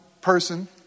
person